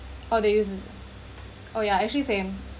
oh they use is oh yeah actually same